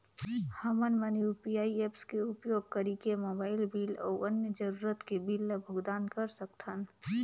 हमन मन UPI apps के उपयोग करिके मोबाइल बिल अऊ अन्य जरूरत के बिल ल भुगतान कर सकथन